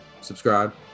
subscribe